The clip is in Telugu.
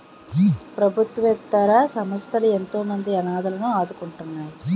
ప్రభుత్వేతర సంస్థలు ఎంతోమంది అనాధలను ఆదుకుంటున్నాయి